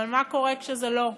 אבל מה קורה כשזה לא?